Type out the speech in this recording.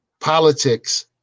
Politics